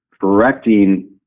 correcting